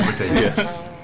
Yes